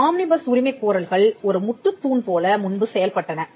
omnibus உரிமைக் கோரல்கள் ஒரு முட்டுத் தூண் போல முன்பு செயல்பட்டன